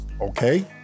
Okay